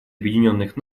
объединенных